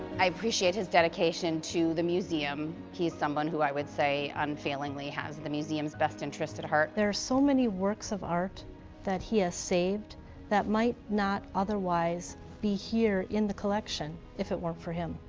i appreciate his dedication to the museum. he's someone who i would say, unfailingly, has the museum's best interest at heart. there are so many works of art that he has saved that might not otherwise be here in the collection, if it weren't for him.